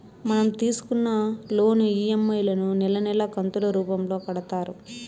మనం తీసుకున్న loan EMI లను నెలా నెలా కంతులు రూపంలో కడతారు